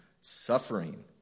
suffering